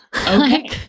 Okay